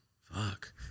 Fuck